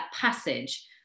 passage